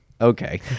Okay